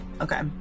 Okay